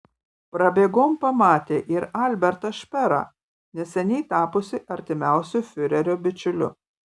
prabėgom pamatė ir albertą šperą neseniai tapusį artimiausiu fiurerio bičiuliu